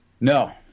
no